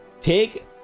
take